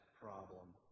problem